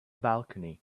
balcony